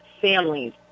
families